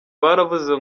baravuze